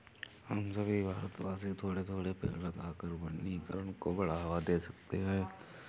हम सभी भारतवासी थोड़े थोड़े पेड़ लगाकर वनीकरण को बढ़ावा दे सकते हैं